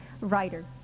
writer